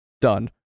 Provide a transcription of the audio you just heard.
Done